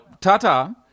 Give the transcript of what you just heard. ta-ta